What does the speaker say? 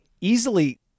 Easily